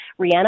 Rihanna